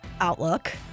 outlook